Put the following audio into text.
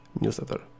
newsletter